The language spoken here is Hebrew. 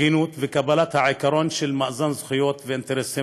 הגינות וקבלת העיקרון של מאזן זכויות ואינטרסים